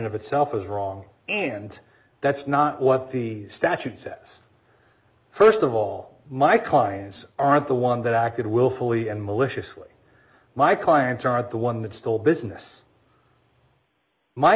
of itself is wrong and that's not what the statute says st of all my clients are the one that acted willfully and maliciously my clients are the one that stole business my